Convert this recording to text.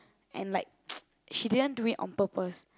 and like she didn't do it on purpose